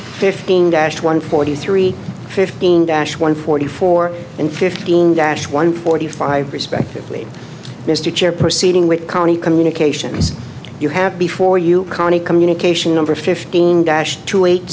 fifteen dash one forty three fifteen dash one forty four in fifteen dash one forty five respectively mr chair proceeding with county communications you have before you cannae communication over fifteen dash two eight